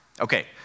Okay